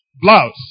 blouse